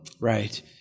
Right